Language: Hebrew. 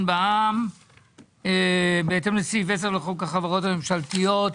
בע"מ (חל"צ) בהתאם לסעיף 10 לחוק החברות הממשלתיות,